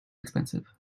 expensive